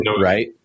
Right